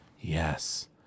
yes